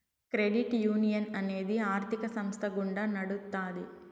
credit union అనేది ఆర్థిక సంస్థ గుండా నడుత్తాది